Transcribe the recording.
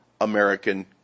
American